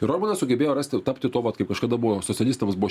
ir orbanas sugebėjo rasti tapti tuo vat kaip kažkada buvo socialistams buvo